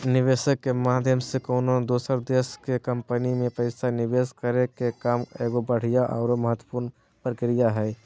निवेशक के माध्यम से कउनो दोसर देश के कम्पनी मे पैसा निवेश करे के काम एगो बढ़िया आरो महत्वपूर्ण प्रक्रिया हय